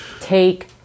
take